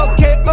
Okay